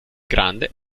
grande